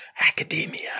academia